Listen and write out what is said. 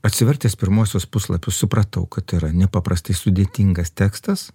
atsivertęs pirmuosius puslapius supratau kad tai yra nepaprastai sudėtingas tekstas